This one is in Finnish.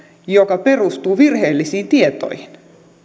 joka perustuu virheellisiin tietoihin